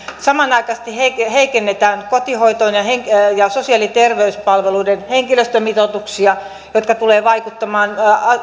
samanaikaisesti heikennetään kotihoidon ja sosiaali ja terveyspalveluiden henkilöstömitoituksia jotka tulevat vaikuttamaan